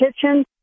kitchen